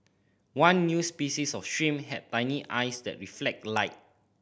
one new species of shrimp had shiny eyes that reflect light